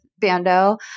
Bando